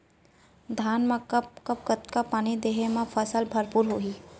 धान मा कब कब कतका पानी देहे मा फसल भरपूर होही?